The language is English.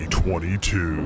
2022